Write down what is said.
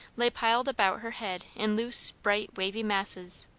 lay piled about her head in loose, bright, wavy masses,